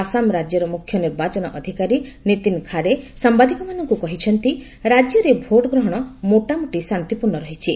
ଆସାମ ରାଜ୍ୟର ମୁଖ୍ୟ ନିର୍ବାଚନ ଅଧିକାରୀ ନୀତିନ ଖାରେ ସାମ୍ବାଦିକମାନଙ୍କୁ କହିଛନ୍ତି ରାକ୍ୟରେ ଭୋଟଗ୍ରହଣ ମୋଟାମୋଟି ଶାନ୍ତିପୂର୍ଣ୍ଣ ରହିଛି